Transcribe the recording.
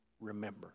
remember